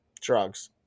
Drugs